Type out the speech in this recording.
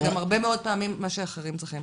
זה גם הרבה מאוד פעמים מה שאחרים צריכים.